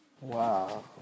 Wow